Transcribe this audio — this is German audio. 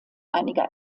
einiger